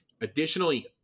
Additionally